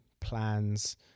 plans